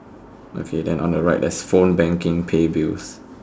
okay then on the right there's phone banking pay bills